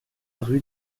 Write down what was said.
rue